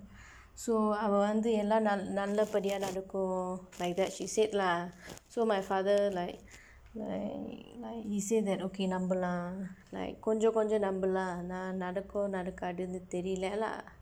so அவங்க வந்து எல்லாம் நல்லபடியா நடக்கும்:avangka vandthu ellaam nallapadiyaa nadakkum like that she said lah so my father like like like he say that okay நம்பலாம்:nampalaam like கொஞ்சம் கொஞ்சம் நம்பலாம் நடக்கும் நடக்காதுன்னு தெரியல:konjsam konjsam nampalaam nadakkum nadakkaathunnu theriyala lah